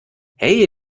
hey